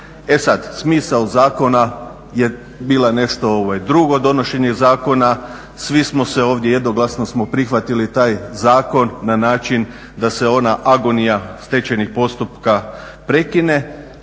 E sad, smisao zakona je bila nešto drugo, donošenje zakona, svi smo se ovdje, jednoglasno smo prihvatili taj zakon na način da se ona agonija stečenih postupka prekine,